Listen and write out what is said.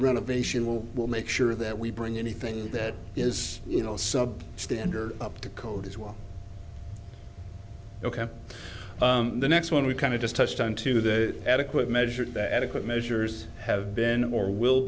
renovation well we'll make sure that we bring anything that is you know sub standard up to code as well ok the next one we kind of just touched on to that adequate measured that adequate measures have been or will